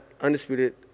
undisputed